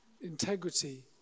integrity